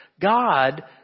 God